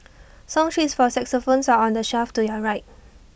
song sheets for xylophones are on the shelf to your right